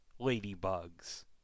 Ladybugs